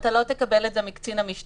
אתה לא תקבל את זה מקצין המשטרה,